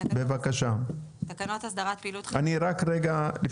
הצעת תקנות הסדרת פעילות חברות דירוג האשראי (הוראת שעה),